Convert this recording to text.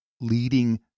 leading